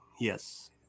Yes